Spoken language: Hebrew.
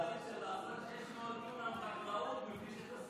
היכולת לעשות 600 דונם חקלאות בלי שתשימו לב,